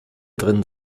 drin